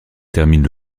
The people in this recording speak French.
termine